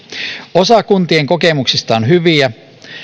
osa kuntien kokemuksista on hyviä